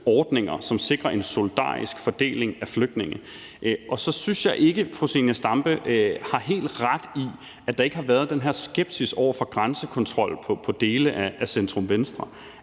ordninger, som sikrer en solidarisk fordeling af flygtninge. Så synes jeg ikke, at fru Zenia Stampe har helt ret i, at der ikke har været den her skepsis over for grænsekontrol på dele af centrum-venstre-fløjen.